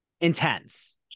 intense